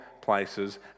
places